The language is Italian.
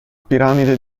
piramide